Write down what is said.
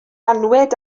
annwyd